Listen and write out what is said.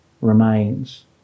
remains